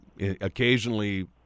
Occasionally